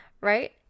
Right